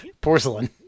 porcelain